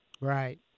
Right